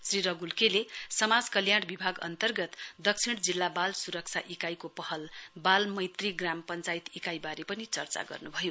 श्री रगूल केले समाज कल्याण विभग अन्तर्गत दक्षिण जिल्ला वाल सुरक्षा इकाईको पहल वालमैत्री ग्राम पञ्चायत इकाइवारे पनि चर्चा गर्नुभयो